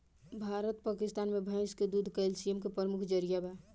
भारत पकिस्तान मे भैंस के दूध कैल्सिअम के प्रमुख जरिआ बा